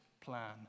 plan